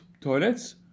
toilets